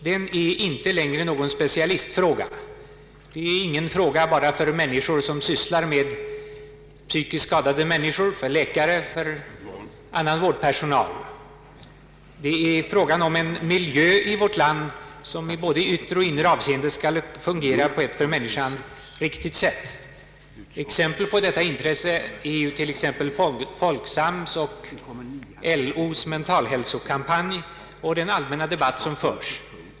Den är inte längre någon specialistfråga, någonting bara för sådana som sysslar med psykiskt skadade människor, för läkare och annan vårdpersonal. Det är fråga om en miljö i vårt land, vilken i både yttre och inre avseende skall fungera på ett för människan riktigt sätt. Exempel på detta intresse är Folksams och LO:s mentalhälsokampanj och den allmänna debatt som förs.